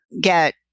get